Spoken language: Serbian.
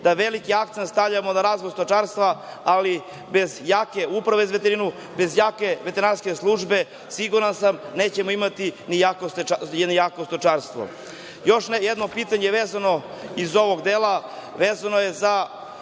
da veliki akcenat stavljamo na razvoj stočarstva, ali bez jake Uprave za veterinu, bez jake veterinarske službe siguran sam da nećemo imati ni jako stočarstvo. Još jedno pitanje vezano za ovaj deo, tiče se